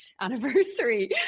anniversary